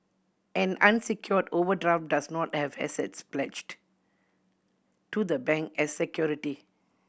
an unsecured overdraft does not have assets pledged to the bank as security